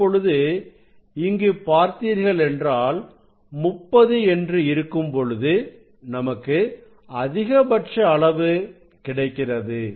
இப்பொழுது இங்கு பார்த்தீர்களென்றால் 30 என்று இருக்கும்பொழுது நமக்கு அதிகபட்ச அளவு கிடைக்கிறது